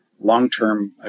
long-term